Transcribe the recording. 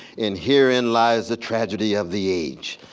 and herein lies the tragedy of the age,